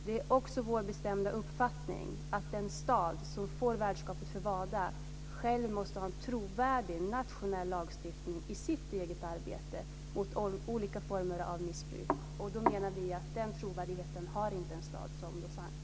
Det är också vår bestämda uppfattning att den stad som får värdskapet för WADA själv måste ha en trovärdig nationell lagstiftning i sitt eget arbete mot olika former av missbruk. Vi menar att en stad som Lausanne inte har den trovärdigheten.